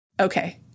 Okay